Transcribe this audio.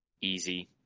easy